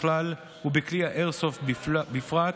ובכלי האיירסופט בפרט,